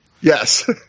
yes